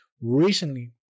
recently